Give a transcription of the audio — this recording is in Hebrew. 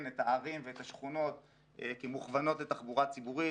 את הערים ואת השכונות כמוכוונות לתחבורה ציבורית.